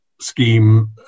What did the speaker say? scheme